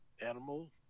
animal